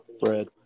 Bread